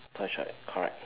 that's right correct